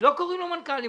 לא קוראים לו מנכ"ל.